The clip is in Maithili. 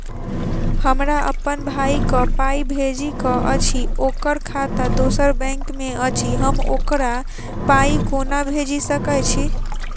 हमरा अप्पन भाई कऽ पाई भेजि कऽ अछि, ओकर खाता दोसर बैंक मे अछि, हम ओकरा पाई कोना भेजि सकय छी?